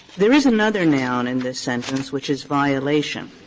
there is another noun in this sentence, which is violation.